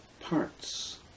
parts